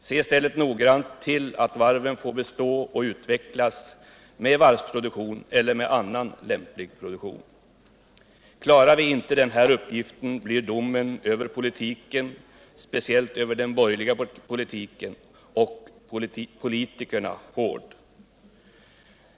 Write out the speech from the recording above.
Se i stället till att varven får bestå och utvecklas med varvsproduktion eller med annan lämplig produktion! Klarar vi inte den här uppgiften blir domen över politiken, speciellt över den borgerliga politiken, och politikerna hård.